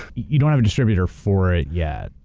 you don't have a distributor for it yet?